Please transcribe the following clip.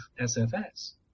SFS